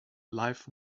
life